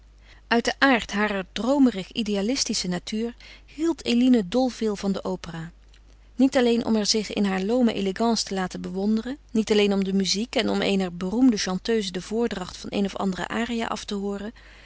uit den aard harer droomerig idealistische natuur hield eline dol veel van de opera niet alleen om er zich in haar loome elegance te laten bewonderen niet alleen om de muziek en om eener beroemde chanteuse de voordracht van een of ander aria af te hooren